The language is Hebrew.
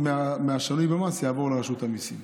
משווי המס יעבור לרשות המיסים.